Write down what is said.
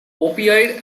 opioid